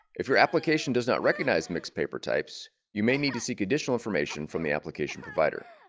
if your application does not recognize mixed paper types you may need to seek additional information from the application provider